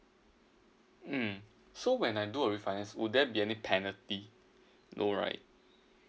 mm so when I do a refinance would there be any penalty no right